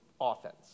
offense